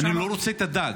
אני לא רוצה את הדג,